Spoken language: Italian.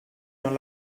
non